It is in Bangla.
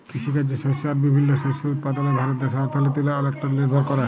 কিসিকাজে শস্য আর বিভিল্ল্য শস্য উৎপাদলে ভারত দ্যাশের অথ্থলিতি অলেকট লিরভর ক্যরে